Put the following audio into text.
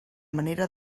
manera